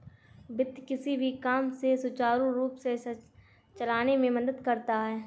वित्त किसी भी काम को सुचारू रूप से चलाने में मदद करता है